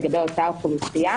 לגבי אותה אוכלוסייה,